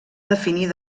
definir